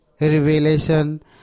Revelation